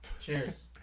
Cheers